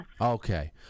Okay